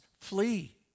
Flee